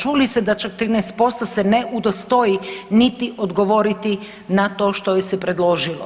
Čuli ste da čak 13% se ne udostoji niti odgovoriti na to što joj se predložilo.